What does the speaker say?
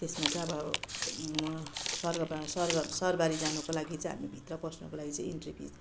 त्यसमा चाहिँ अब म सर्ग बा सर्ग सरबारी जानुको लागि चाहिँ हामी भित्र पोस्नुको लागि चाहिँ इन्ट्री फिस